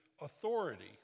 authority